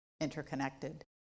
interconnected